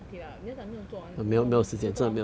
okay lah 你要讲没有做完没有没有做完